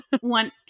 One